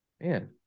Man